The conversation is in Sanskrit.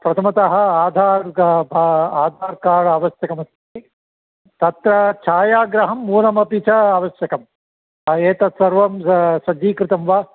प्रथमतः आधार् का आधार् कार्ड् आवश्यकमस्ति तत्र छायाग्रहं मूलमपि च आवश्यकम् एतत्सर्वं स सज्जीकृतं वा